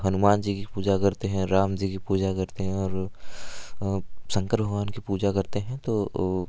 हनुमान जी की पूजा करते हैं राम जी की पूजा करते हैं और शंकर भगवान की पूजा करते हैं तो ओ